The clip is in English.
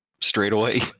straightaway